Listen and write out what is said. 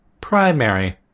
primary